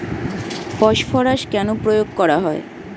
Phosphorus কেন প্রয়োগ করা হয়?